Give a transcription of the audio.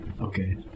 Okay